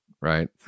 right